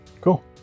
Cool